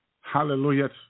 Hallelujah